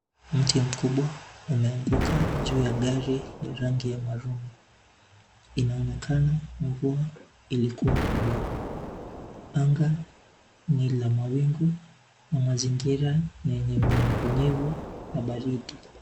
Mti mkubwa umeanguka juu ya gari la rangi ya maroon . Inaonekana mvua ilikua kubwa. Anga ni la mawingu na mazingira ni yenye unyevunyevu na baridi.